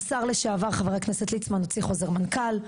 השר לשעבר חבר הכנסת ליצמן הוציא חוזר מנכ"ל,